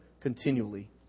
continually